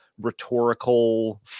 rhetorical